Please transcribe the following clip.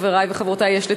חברי וחברותי, יש לתקן,